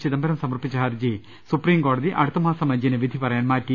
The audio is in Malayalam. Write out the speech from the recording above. ചിദംബരം സമർപ്പിച്ച ഹർജി സുപ്രീം കോടതി അടുത്ത മാസം അഞ്ചിന് വിധി പറയാൻ മാറ്റി